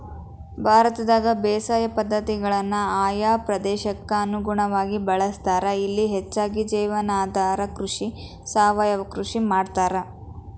ಭಾರತದಾಗ ಬೇಸಾಯ ಪದ್ಧತಿಗಳನ್ನ ಆಯಾ ಪ್ರದೇಶಕ್ಕ ಅನುಗುಣವಾಗಿ ಬಳಸ್ತಾರ, ಇಲ್ಲಿ ಹೆಚ್ಚಾಗಿ ಜೇವನಾಧಾರ ಕೃಷಿ, ಸಾವಯವ ಕೃಷಿ ಮಾಡ್ತಾರ